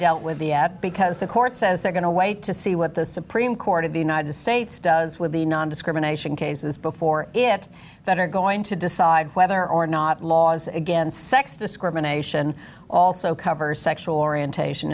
dealt with viet because the court says they're going to wait to see what the supreme court of the united states does with the nondiscrimination cases before it that are going to decide whether or not laws against sex discrimination also covers sexual orientation